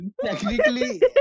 technically